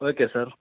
okay sir